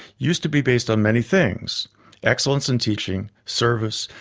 used to be based on many things excellence in teaching, service,